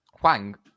Huang